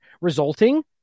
resulting